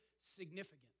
significant